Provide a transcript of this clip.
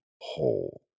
whole